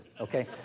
Okay